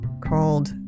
called